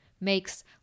makes